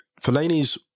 Fellaini's